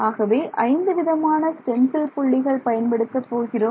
ஆகவே ஐந்து விதமான ஸ்டென்சில் புள்ளிகள் பயன்படுத்தப் போகிறோம்